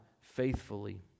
faithfully